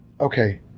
Okay